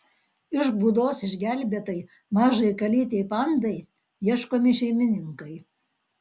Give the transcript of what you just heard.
iš būdos išgelbėtai mažai kalytei pandai ieškomi šeimininkai